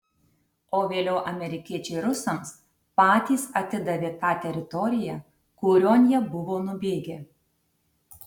o vėliau amerikiečiai rusams patys atidavė tą teritoriją kurion jie buvo nubėgę